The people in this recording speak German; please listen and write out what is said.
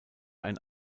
ein